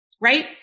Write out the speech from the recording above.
right